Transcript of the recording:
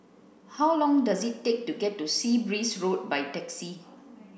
how long does it take to get to Sea Breeze Road by taxi